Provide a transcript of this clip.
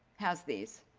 has these.